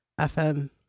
FM